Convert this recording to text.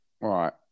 Right